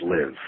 live